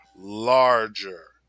larger